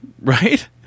right